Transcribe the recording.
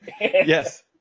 Yes